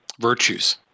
virtues